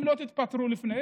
אם לא, תתפטרו לפני.